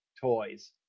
toys